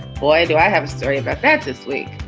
boy, do i have a story about that this week.